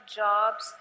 jobs